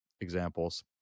examples